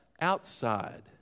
outside